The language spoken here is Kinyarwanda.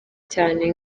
cyane